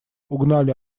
угнали